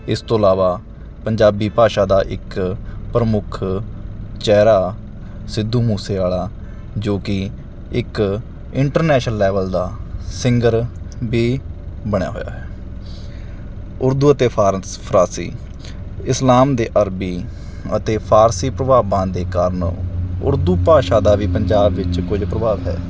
ਇਸ ਤੋਂ ਇਲਾਵਾ ਪੰਜਾਬੀ ਭਾਸ਼ਾ ਦਾ ਇੱਕ ਪ੍ਰਮੁੱਖ ਚਿਹਰਾ ਸਿੱਧੂ ਮੂਸੇਆਲਾ ਜੋ ਕਿ ਇੱਕ ਇੰਟਰਨੈਸ਼ਨਲ ਲੈਵਲ ਦਾ ਸਿੰਗਰ ਵੀ ਬਣਿਆ ਹੋਇਆ ਹੈ ਉਰਦੂ ਅਤੇ ਫਾਰਸ ਫਾਰਸੀ ਇਸਲਾਮ ਦੇ ਅਰਬੀ ਅਤੇ ਫਾਰਸੀ ਪ੍ਰਭਾਵਾਂ ਦੇ ਕਾਰਨ ਉਰਦੂ ਭਾਸ਼ਾ ਦਾ ਵੀ ਪੰਜਾਬ ਵਿੱਚ ਕੁਝ ਪ੍ਰਭਾਵ ਹੈ